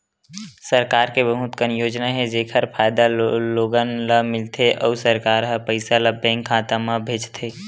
सरकार के बहुत कन योजना हे जेखर फायदा लोगन ल मिलथे अउ सरकार ह पइसा ल बेंक खाता म भेजथे